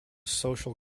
social